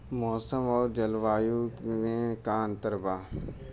मौसम और जलवायु में का अंतर बा?